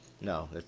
No